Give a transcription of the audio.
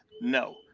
No